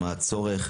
מה הצורך.